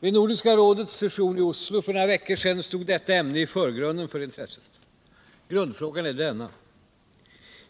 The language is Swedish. Vid Nordiska rådets session i Oslo för några veckor sedan stod detta ämne i förgrunden för intresset. Grundfrågan är denna: